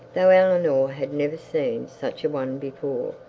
though eleanor had never seen such a one before,